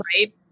right